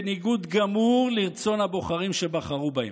בניגוד גמור לרצון הבוחרים שבחרו בהם.